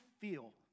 feel